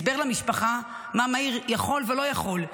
הסבר למשפחה מה מאיר יכול ולא יכול,